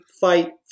fight